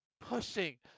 pushing